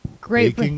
Great